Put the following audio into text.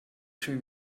schön